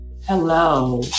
Hello